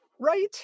Right